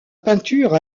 peinture